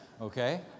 Okay